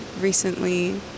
recently